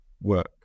work